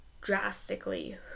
drastically